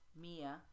Mia